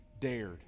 dared